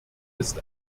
ist